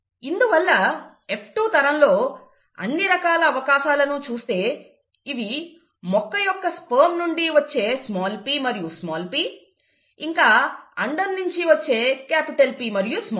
ఇందువల్ల F2 తరంలో అన్ని రకాల అవకాశాలను చూస్తే ఇవి మొక్క యొక్క స్పెర్మ్ నుండి వచ్చే p మరియు p ఇంకా అండం నుండి వచ్చే P మరియుp